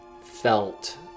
felt